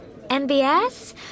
NBS